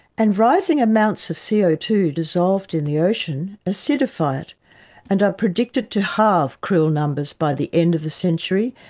and rising amounts of c o two dissolved in the ocean acidify it and are predicted to halve krill numbers by the end of the century,